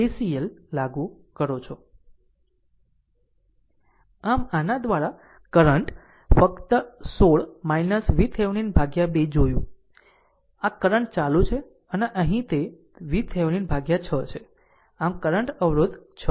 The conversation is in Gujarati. આમ આના દ્વારા કરંટ ફક્ત 16 VThevenin ભાગ્યા 2 જોયું આ કરંટ ચાલુ છે અને અહીં તે VThevenin ભાગ્યા 6 છે આ કરંટ અવરોધ 6